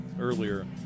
earlier